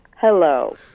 Hello